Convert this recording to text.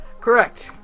Correct